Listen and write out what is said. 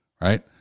right